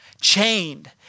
chained